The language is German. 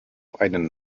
einen